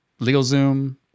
LegalZoom